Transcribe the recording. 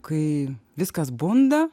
kai viskas bunda